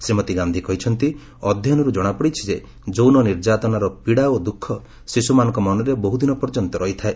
ଶ୍ରୀମତୀ ଗାନ୍ଧି କହିଛନ୍ତି ଅଧ୍ୟୟନରୁ ଜଣାପଡ଼ିଛି ଯୌନ ନିର୍ଯାତନାର ପୀଡ଼ା ଓ ଦୁଃଖ ଶିଶୁମାନଙ୍କ ମନରେ ବହୁଦିନ ପର୍ଯ୍ୟନ୍ତ ରହିଥାଏ